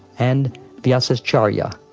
and vyasacharya.